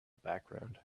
background